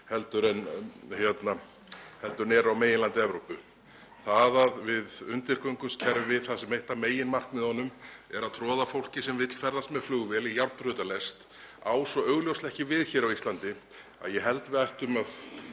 heldur en eru á meginlandi Evrópu. Það að við undirgöngumst kerfi þar sem eitt af meginmarkmiðunum er að troða fólki, sem vill ferðast með flugvél, í járnbrautarlest á svo augljóslega ekki við hér á Íslandi að ég held að við ættum að